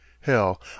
Hell